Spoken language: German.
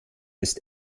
ist